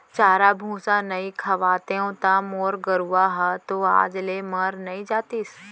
चारा भूसा नइ खवातेंव त मोर गरूवा ह तो आज ले मर नइ जातिस